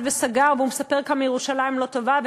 וסגר והוא מספר כמה ירושלים לא טובה,